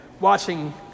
watching